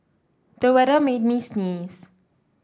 the weather made me sneeze